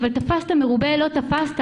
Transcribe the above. אבל "תפסת מרובה לא תפסת".